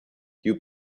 you